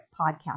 podcast